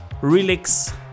relics